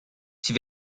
sie